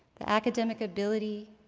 the academic ability,